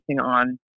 on